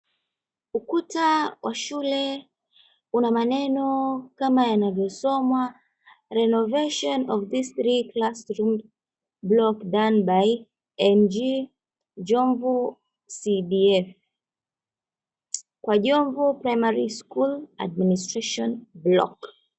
Ukuta wa shule una maneno kama yanavyosomwa, Renovation of these three class rooms block done by NG Njovu CDF. Kwa Jomvu Primary School administration block.